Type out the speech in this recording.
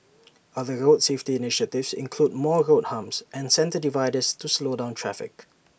other road safety initiatives include more road humps and centre dividers to slow down traffic